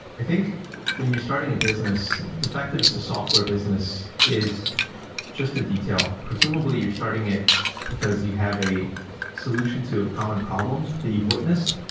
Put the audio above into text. i think when you're starting a business, the fact that it's a software business is just a detail. presumably, you're starting it because you have a solution to a common problem that you've witnessed.